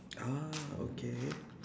ah okay